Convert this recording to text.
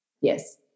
Yes